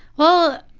well,